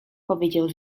powiedział